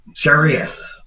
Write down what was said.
curious